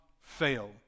fail